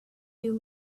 you